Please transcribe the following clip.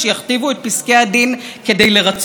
אולי הדחה של נשיאת בית המשפט העליון?